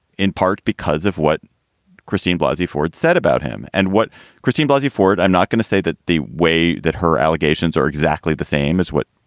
in part because of what christine blousy ford said about him and what christine blousy ford. i'm not going to say that the way that her allegations are exactly the same as what,